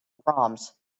proms